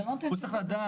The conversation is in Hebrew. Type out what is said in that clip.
הוא צריך לדעת,